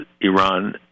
Iran